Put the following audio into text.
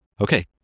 okay